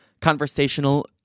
conversational